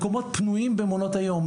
מקומות פנויים במעונות היום,